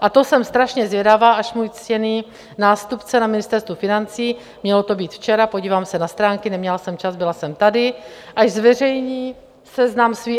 A to jsem strašně zvědavá, až můj ctěný nástupce na Ministerstvu financí mělo to být včera, podívám se na stránky, neměla jsem čas, byla jsem tady až zveřejní seznam svých...